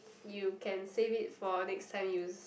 you can save it for next time use